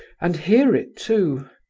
and hear it, too!